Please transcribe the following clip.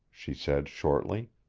she said shortly.